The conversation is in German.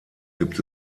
gibt